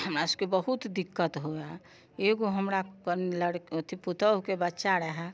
हमरा सभकेँ बहुत दिक्कत हुए एगो हमरा लड़की अथि पुतौहुके बच्चा रहै